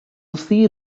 see